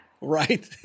Right